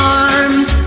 arms